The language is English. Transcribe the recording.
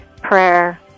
prayer